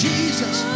Jesus